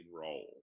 role